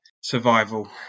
survival